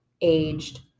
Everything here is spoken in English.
aged